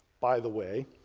by the way,